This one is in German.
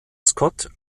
scott